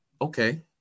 okay